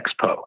Expo